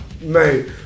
mate